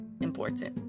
important